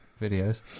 videos